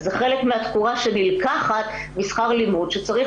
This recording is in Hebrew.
זה חלק מהתקורה שנלקחת משכר הלימוד שצריך